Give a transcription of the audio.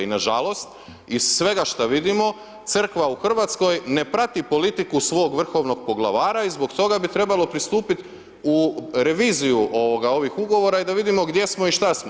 I nažalost, izvolite svega što vidimo crkva u Hrvatskoj ne prati politiku svog vrhovnog poglavara i zbog toga bi trebalo pristupiti u reviziju ovih ugovora da vidimo gdje smo i što smo.